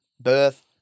Birth